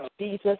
Jesus